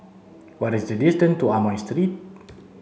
what is the distance to Amoy Street